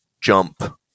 jump